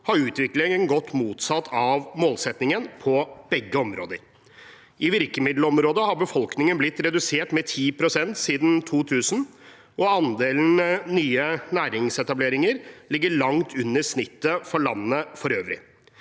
områdene, gått i motsatt retning av målsettingen på begge områder. I virkemiddelområdet har befolkningen blitt redusert med 10 pst. siden 2000, og andelen nye næringsetableringer ligger langt under snittet for landet for øvrig.